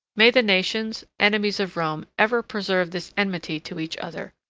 may the nations, enemies of rome, ever preserve this enmity to each other!